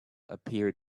appeared